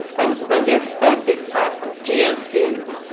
and when they're fed these types of gm feeds,